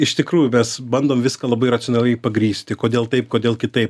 iš tikrųjų mes bandom viską labai racionaliai pagrįsti kodėl taip kodėl kitaip